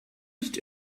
did